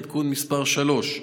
עדכון מס' 3,